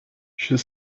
she